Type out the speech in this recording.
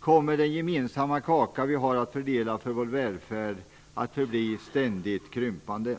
kommer den gemensamma kaka som vi har att fördela för vår välfärd att förbli ständigt krympande.